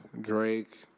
Drake